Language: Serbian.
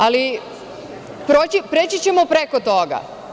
Ali, preći ćemo preko toga.